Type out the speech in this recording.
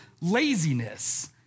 laziness